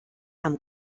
amb